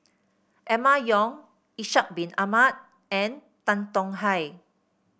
Emma Yong Ishak Bin Ahmad and Tan Tong Hye